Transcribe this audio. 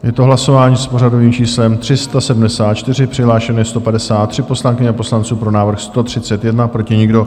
Je to hlasování s pořadovým číslem 374, přihlášeno je 153 poslankyně a poslanců, pro návrh 131, proti nikdo.